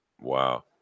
Wow